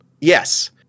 Yes